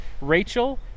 Rachel